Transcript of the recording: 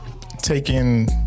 taking